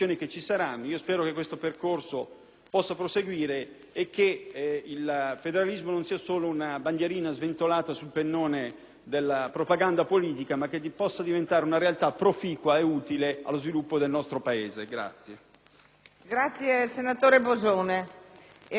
possa proseguire e che il federalismo non sia solo una bandierina sventolata sul pennone della propaganda politica, ma che possa diventare una realtà proficua e utile allo sviluppo del nostro Paese.